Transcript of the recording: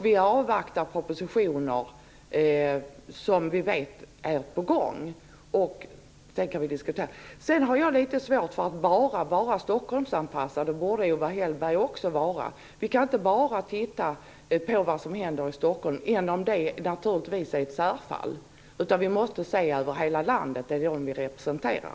Vi avvaktar propositioner som vi vet är på gång, och sedan kan vi diskutera saken. Jag har litet svårt för att bara Stockholmsanpassa resonemanget. Detsamma borde ju gälla Owe Hellberg. Vi kan inte bara titta på vad som händer i Stockholm, även om Stockholm naturligtvis är ett särfall, utan vi måste se till hela landet, till dem vi representerar.